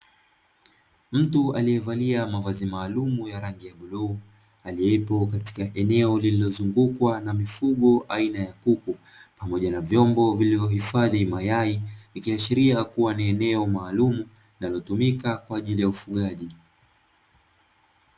Mtu aliyevalia mavazi maalumu ya rangi ya buluu, aliyepo katika eneo lililozungukwa na mifugo aina ya kuku pamoja na vyombo vilivyohifadhi mayai, ikiashiria kuwa ni eneo maalumu linalotumika kwa ajili ya ufugaji.